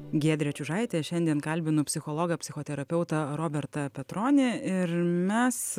giedrė čiužaitė šiandien kalbinu psichologą psichoterapeutą robertą petronį ir mes